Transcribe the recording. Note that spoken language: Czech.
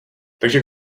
takže